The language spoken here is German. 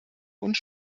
und